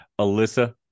Alyssa